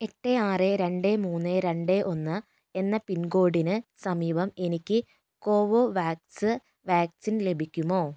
എട്ട് ആറ് രണ്ട് മൂന്ന് രണ്ട് ഒന്ന് എന്ന പിൻകോഡിന് സമീപം എനിക്ക് കോവോവാക്സ് വാക്സിൻ ലഭിക്കുമോ